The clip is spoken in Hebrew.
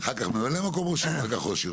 מ"מ ראש עיר ואחר כך ראש עיר.